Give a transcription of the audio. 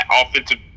offensive